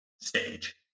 stage